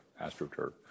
astroturf